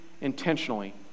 intentionally